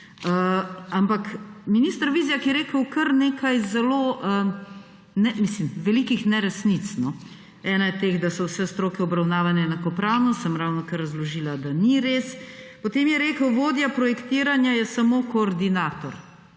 Ampak minister Vizjak je rekel kar nekaj velikih neresnic. Ena je teh, da so vse stroke obravnave enakopravno, pa sem ravnokar razložila, da ni res. Potem je rekel, da vodja projektiranja je samo koordinator.